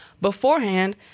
Beforehand